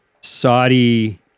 Saudi